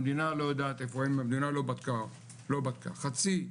המדינה לא יודעת איפה הם, המדינה לא בדקה, חצי,